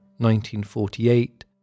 1948